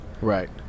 right